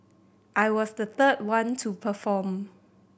I was the third one to perform